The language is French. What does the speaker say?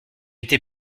été